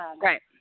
Right